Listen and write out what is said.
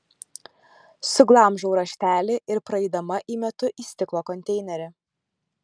suglamžau raštelį ir praeidama įmetu į stiklo konteinerį